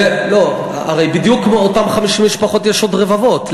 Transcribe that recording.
לא, הרי בדיוק כמו אותן 50 משפחות יש עוד רבבות.